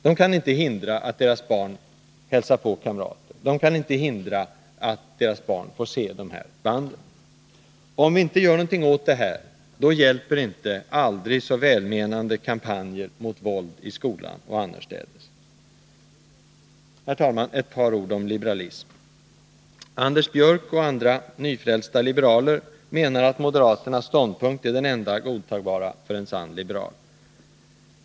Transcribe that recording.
De kan inte hindra att deras barn hälsar på kamrater. De kan inte hindra att deras barn får se de här banden. Om vi inte gör någonting åt detta hjälper inte aldrig så välmenande kampanjer mot våldet i skolan och annorstädes. Herr talman! Ett par ord om liberalismen. Anders Björck och andra nyfrälsta liberaler menar att moderaternas ståndpunkt är den enda godtagbara för en sann liberal.